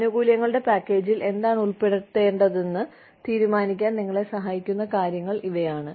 ആനുകൂല്യങ്ങളുടെ പാക്കേജിൽ എന്താണ് ഉൾപ്പെടുത്തേണ്ടതെന്ന് തീരുമാനിക്കാൻ നിങ്ങളെ സഹായിക്കുന്ന കാര്യങ്ങൾ ഇവയാണ്